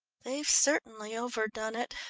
they've certainly overdone it,